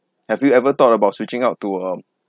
have you ever thought about switching out to um